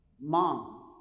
mom